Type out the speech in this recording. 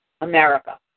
America